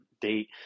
date